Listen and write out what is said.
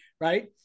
right